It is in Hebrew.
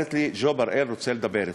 אומרת לי: ג'ו בראל רוצה לדבר אתך.